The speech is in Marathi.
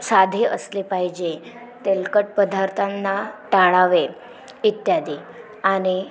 साधे असले पाहिजे तेलकट पदार्थांना टाळावे इत्यादी आणि